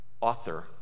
author